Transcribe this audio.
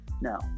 No